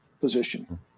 position